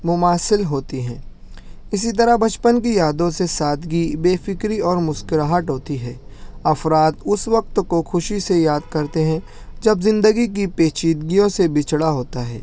مماثل ہوتی ہیں اسی طرح بچپن کی یادوں سے سادگی بے فکری اور مسکراہٹ ہوتی ہے افراد اس وقت کو خوشی سے یاد کرتے ہیں جب زندگی کی پیچدگیوں سے بچھڑا ہوتا ہے